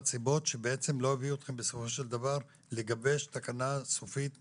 סיבות שלא הביאו אתכם בסופו של דבר לגבש תקנה סופית מוסכמת.